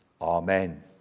Amen